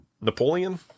Napoleon